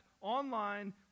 online